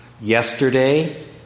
yesterday